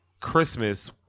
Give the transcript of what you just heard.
Christmas